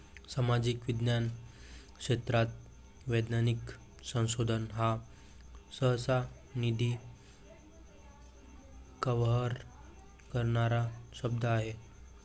सामाजिक विज्ञान क्षेत्रात वैज्ञानिक संशोधन हा सहसा, निधी कव्हर करणारा शब्द आहे